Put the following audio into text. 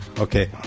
Okay